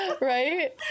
Right